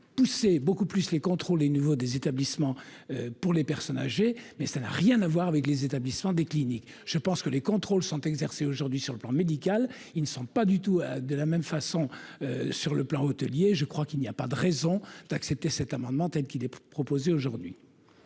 poussé beaucoup plus les contrôles et nouveau des établissements pour les personnes âgées mais ça n'a rien à voir avec les établissements des cliniques, je pense que les contrôles sont exercés aujourd'hui sur le plan médical, ils ne sont pas du tout de la même façon, sur le plan hôtelier, je crois qu'il n'y a pas de raison d'accepter cet amendement telle qu'il est proposé aujourd'hui.